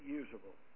usable